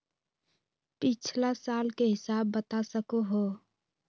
पिछला साल के हिसाब बता सको हो?